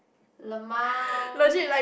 lmao